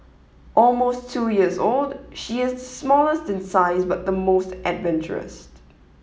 almost two years old she is smallest in size but the most adventurous